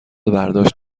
برداشت